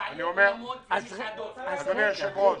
אדוני היושב-ראש,